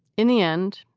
in the end,